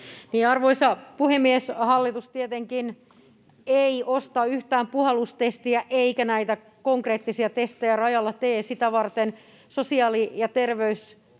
Arvoisa puhemies! Hallitus tietenkään ei osta yhtään puhallustestiä eikä tee näitä konkreettisia testejä rajalla, sitä varten sosiaali- ja terveyssektorista